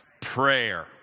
Prayer